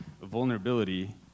vulnerability